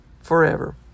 forever